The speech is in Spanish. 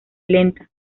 lenta